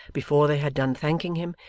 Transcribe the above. before they had done thanking him,